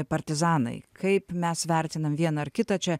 partizanai kaip mes vertinam vieną ar kitą čia